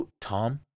Tom